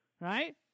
right